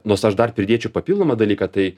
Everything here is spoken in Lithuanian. nors aš dar pridėčiau papildomą dalyką tai